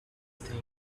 thing